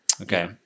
Okay